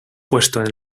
puesto